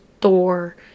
thor